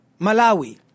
Malawi